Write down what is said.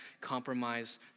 compromise